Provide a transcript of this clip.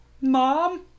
Mom